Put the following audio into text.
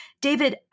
David